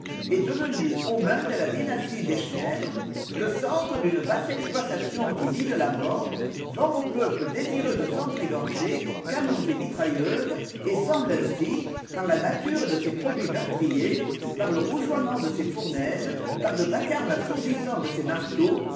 est devenu aux mains de la dynastie des schneider le centre d'une vaste exploitation qui vit de la mort vend aux peuples désireux de s'entr'égorger canons et mitrailleuses et semble ainsi par la nature de ses produits meurtriers par le rougeoiment de ses fournaises par le vacarme assourdissant de ses marteaux